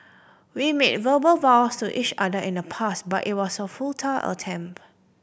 we made verbal vows to each other in the past but it was a futile attempt